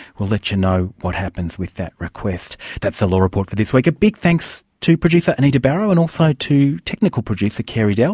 we'll let you know what happens with that request. that's the law report for this week, a big thanks to producer anita barraud and also to technical producer carey dell